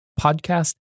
podcast